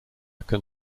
can